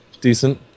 Decent